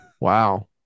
Wow